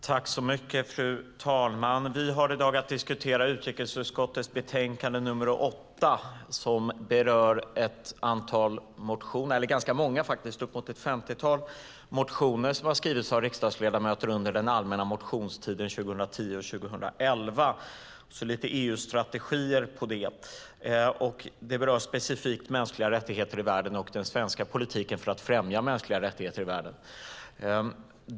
Fru talman! Vi har i dag att diskutera utrikesutskottets betänkande nr 8, som berör ganska många - faktiskt uppemot ett femtiotal - motioner som har skrivits av riksdagsledamöter under de allmänna motionstiderna 2010 och 2011, och så lite EU-strategier på det. Det berör specifikt mänskliga rättigheter i världen och den svenska politiken för att främja mänskliga rättigheter i världen.